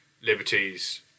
liberties